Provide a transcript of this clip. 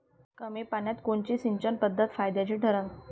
कमी पान्यात कोनची सिंचन पद्धत फायद्याची ठरन?